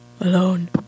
alone